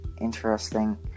interesting